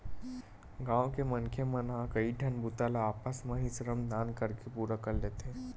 गाँव के मनखे मन ह कइठन बूता ल आपस म ही श्रम दान करके पूरा कर लेथे